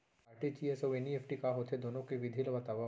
RTGS अऊ NEFT का होथे, दुनो के विधि ला बतावव